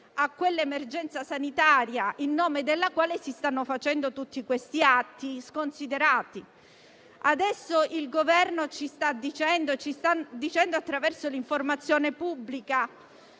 a quell'emergenza sanitaria in nome della quale si stanno facendo tutti questi atti sconsiderati. Il Governo ci sta dicendo, attraverso l'informazione pubblica,